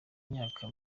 myaka